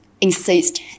insist